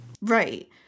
Right